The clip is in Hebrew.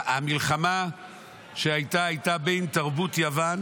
המלחמה שהייתה הייתה בין תרבות יוון